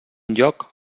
lloc